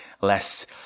less